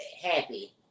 happy